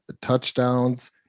touchdowns